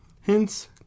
hence